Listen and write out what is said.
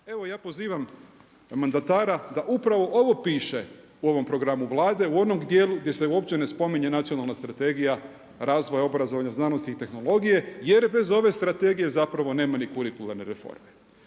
Evo ja pozivam mandatara da upravo ovo piše u ovom programu Vlade u onom dijelu gdje se uopće ne spominje Nacionalna strategija razvoja obrazovanja, znanosti i tehnologije jer bez ove strategije zapravo nema ni kurikularne reforme.